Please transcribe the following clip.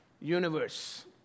Universe